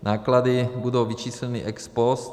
Náklady budou vyčísleny ex post.